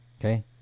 Okay